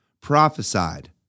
prophesied